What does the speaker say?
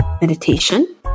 meditation